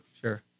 Sure